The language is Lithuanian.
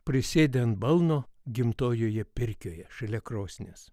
prisėdę ant balno gimtojoje pirkioje šalia krosnies